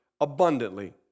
abundantly